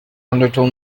undertow